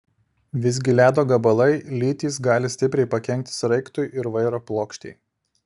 visgi ledo gabalai lytys gali stipriai pakenkti sraigtui ir vairo plokštei